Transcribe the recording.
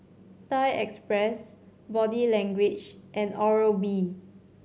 Thai Express Body Language and Oral B